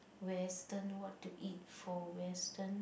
Western what to eat for Western